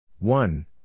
One